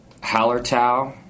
Hallertau